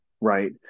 right